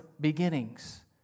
Beginnings